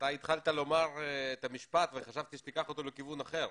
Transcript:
התחלת לומר את המשפט וחשבתי שתיקח אותו לכיוון אחר,